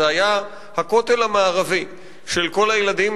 זה היה הכותל המערבי של כל הילדים,